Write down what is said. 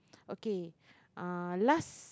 okay uh last